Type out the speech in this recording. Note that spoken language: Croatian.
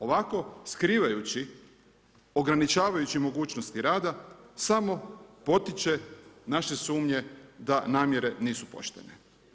Ovako skrivajući ograničavajući mogućnosti rada samo potiče naše sumnje da namjere nisu poštene.